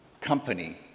company